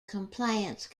compliance